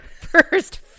first